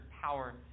power